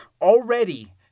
already